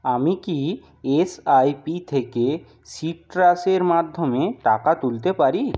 আমি কি S I P থেকে সিট্রাসের মাধ্যমে টাকা তুলতে পারি